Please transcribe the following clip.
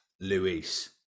luis